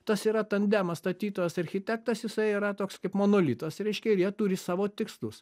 tas yra tandemas statytojas architektas jisai yra toks kaip monolitas reiškia ir jie turi savo tikslus